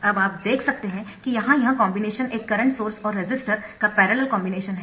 अब आप देख सकते है कि यहाँ यह कॉम्बिनेशन एक करंट सोर्स और रेसिस्टर का पैरेलल कॉम्बिनेशन है